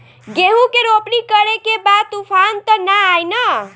गेहूं के रोपनी करे के बा तूफान त ना आई न?